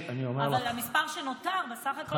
אבל המספר שנותר, בסך הכול הכללי.